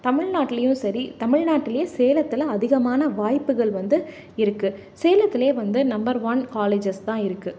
தமிழ்நாட்லையும் சரி தமிழ்நாட்டுலையே சேலத்தில் அதிகமான வாய்ப்புகள் வந்து இருக்கு சேலத்துல வந்து நம்பர் ஒன் காலேஜஸ் தான் இருக்கு